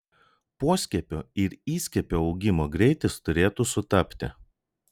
poskiepio ir įskiepio augimo greitis turėtų sutapti